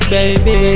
Baby